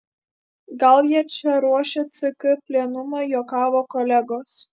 gal jie čia ruošia ck plenumą juokavo kolegos